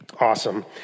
awesome